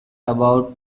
about